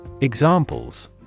Examples